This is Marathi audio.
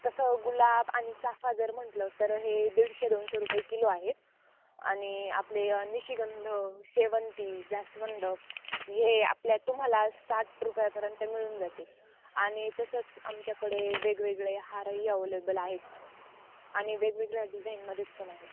तसं गुलाब आणि चाफा जर म्हटलं तर हे दीडशे दोनशे रुपये किलो आहेत आणि आपले निशिगंध शेवंती जास्वंद हे आपल्या तुम्हाला साठ रुपयांपर्यंत मिळून जातील आणि तसंच आमच्याकडे वेगवेगळे हारही अवलेबल आहेत आणि वेगवेगळ्या डिझाईनमध्ये पण आहेत